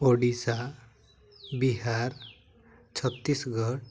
Odisha Bihar Chhattisgarh